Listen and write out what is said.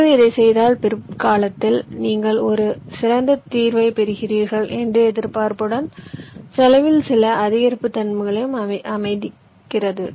ஆகவே இதைச் செய்தால் பிற்காலத்தில் நீங்கள் ஒரு சிறந்த தீர்வைப் பெறுவீர்கள் என்ற எதிர்பார்ப்புடன் செலவில் சில அதிகரிப்புகளையும் அனுமதிக்கிறது